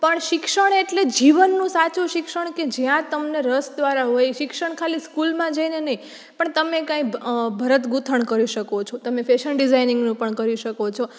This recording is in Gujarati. પણ શિક્ષણ એટલે જીવનનું સાચું શિક્ષણ કે જ્યાં તમને રસ દ્વારા હોય શિક્ષણ ખાલી સ્કૂલમાં જઈને નહીં પણ તમને કંઈ ભરતગુંથણ કરી શકો છો તમે ફેશન ડીઝાઈનિંગનું પણ કરી શકો છો